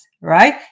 right